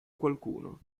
qualcuno